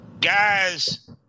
Guys